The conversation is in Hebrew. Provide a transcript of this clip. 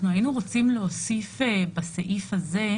אנחנו היינו רוצים להוסיף בסעיף הזה: